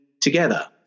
together